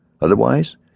Otherwise